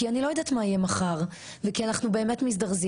כי אני לא יודעת מה יהיה מחר וכי אנחנו באמת מזדרזים,